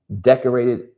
decorated